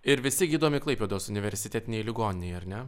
ir visi gydomi klaipėdos universitetinėj ligoninėj ar ne